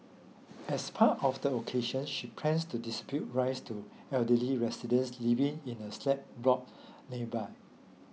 as part of the occasion she planned to distribute rice to elderly residents living in a slab block nearby